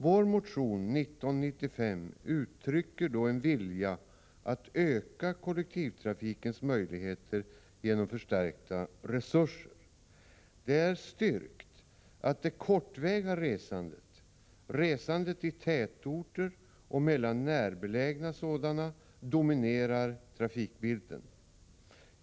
Vår motion 1995 uttrycker en vilja att öka kollektivtrafikens möjligheter genom förstärkta resurser. Det är styrkt att det kortväga resandet — resandet i tätorter och mellan närbelägna sådana — dominerar trafikbilden.